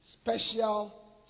special